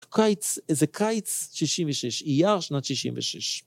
קיץ, זה קיץ שישים ושש, אייר שנת שישים ושש.